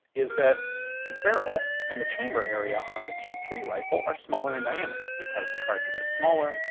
is that the barrel and the chamber area on the t three rifle are smaller in diameter because the cartridge is smaller,